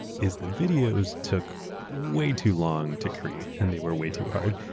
is the videos took way too long to create and they were way too hard.